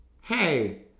hey